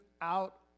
out